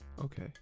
Okay